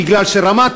בגלל שרמת